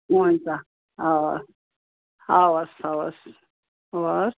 हुन्छ हवस् हवस् हवस्